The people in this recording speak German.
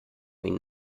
ihm